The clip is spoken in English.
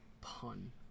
pun